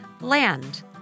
land